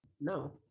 No